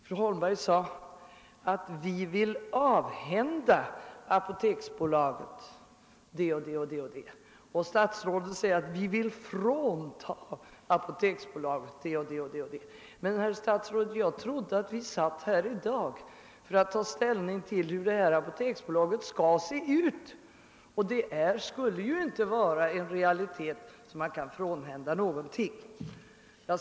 Fru Holmberg sade att vi vill >avhända» apoteksbolaget det och det, och statsrådet sade att vi vill »frånta» apoteksbolaget det och det. Men, herr statsråd, jag trodde att vi satt här i dag för att ta ställning till hur detta apoteksbolag skall se ut. Det borde alltså inte vara en realitet som man kan frånhända någonting.